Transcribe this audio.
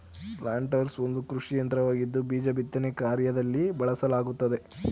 planters ಒಂದು ಕೃಷಿಯಂತ್ರವಾಗಿದ್ದು ಬೀಜ ಬಿತ್ತನೆ ಕಾರ್ಯದಲ್ಲಿ ಬಳಸಲಾಗುತ್ತದೆ